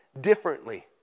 differently